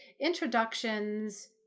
Introductions